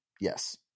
yes